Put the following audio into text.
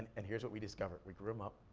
and here's what we discovered, we grew em up.